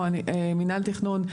מינהל תכנון.